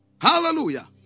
hallelujah